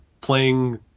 playing